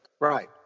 right